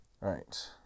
Right